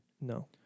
No